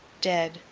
dead,